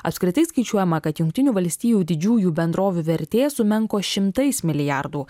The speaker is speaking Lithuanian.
apskritai skaičiuojama kad jungtinių valstijų didžiųjų bendrovių vertė sumenko šimtais milijardų